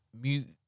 music